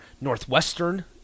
Northwestern